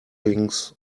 things